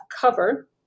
cover